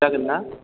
जागोनना